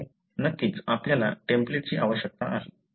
नक्कीच आपल्याला टेम्पलेटची आवश्यकता आहे